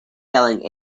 yelling